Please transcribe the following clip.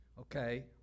Okay